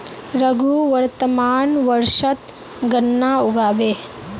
रघु वर्तमान वर्षत गन्ना उगाबे